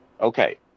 Okay